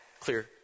Clear